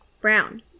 Brown